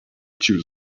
choose